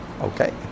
Okay